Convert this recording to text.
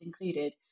included